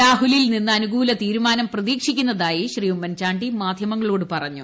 രാഹുലിൽ നിന്ന് അനുകൂല തീരുമാനം പ്രതീക്ഷിക്കുന്നതായി ഉമ്മൻചാണ്ടി മാധ്യമങ്ങളോട് പറഞ്ഞു